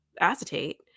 acetate